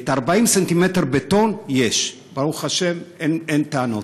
40 סנטימטר בטון יש, ברוך השם, אין טענות.